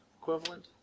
equivalent